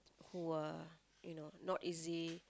who are you know not easy